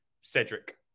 Cedric